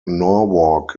norwalk